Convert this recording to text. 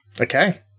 Okay